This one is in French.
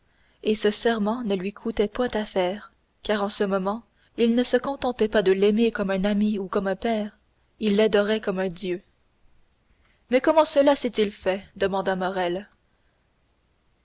et ce serment ne lui coûtait point à faire car dans ce moment il ne se contentait pas de l'aimer comme un ami ou comme un père il l'adorait comme un dieu mais comment cela s'est-il fait demanda